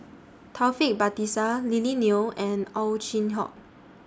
Taufik Batisah Lily Neo and Ow Chin Hock